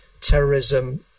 terrorism